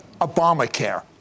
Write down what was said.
Obamacare